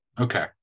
Okay